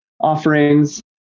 offerings